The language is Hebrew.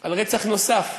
על רצח נוסף,